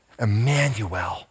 Emmanuel